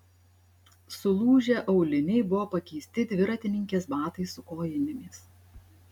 sulūžę auliniai buvo pakeisti dviratininkės batais su kojinėmis